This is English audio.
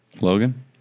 Logan